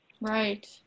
Right